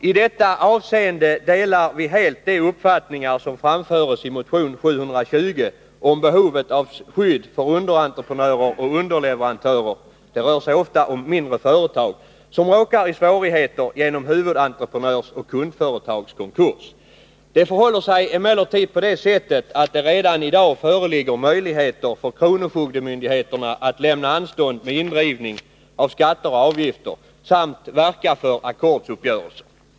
I detta avseende delar vi helt de uppfattningar som framförs i motion 720 om behovet av skydd för underentreprenörer och underleverantörer — det rör sig ofta om mindre företag — som råkar i svårigheter genom huvudentreprenörs och kundföretags konkurs. Det förhåller sig emellertid på det sättet att det redan i dag föreligger möjligheter för kronofogdemyndigheterna att lämna anstånd med indrivning av skatter och avgifter samt verka för ackordsuppgörelser.